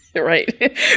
right